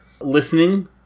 listening